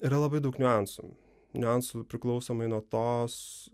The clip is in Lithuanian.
yra labai daug niuansų niuansų priklausomai nuo tos